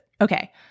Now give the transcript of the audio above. okay